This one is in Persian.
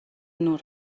نور